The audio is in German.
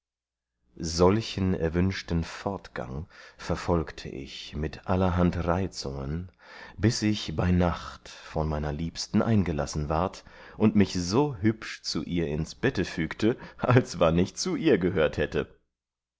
solchen erwünschten fortgang verfolgte ich mit allerhand reizungen bis ich bei nacht von meiner liebsten eingelassen ward und mich so hübsch zu ihr ins bette fügte als wann ich zu ihr gehört hätte